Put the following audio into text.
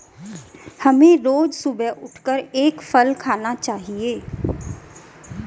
हमें रोज सुबह उठकर एक फल खाना चाहिए